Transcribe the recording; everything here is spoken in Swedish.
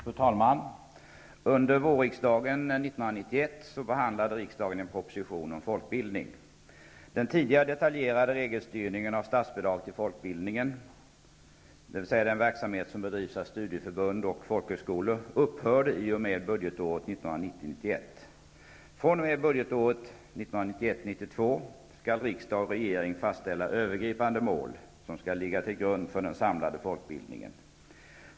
Fru talman! Under vårriksdagen 1991 behandlade riksdagen en proposition om folkbildning. Den tidigare detaljerade regelstyrningen av statsbidrag till folkbildningen, dvs. den verksamhet som bedrivs av studieförbund och folkhögskolor, upphörde i och med budgetåret 1990 92 skall riksdag och regering fastställa övergripande mål, som skall ligga till grund för den samlade folkbildningen.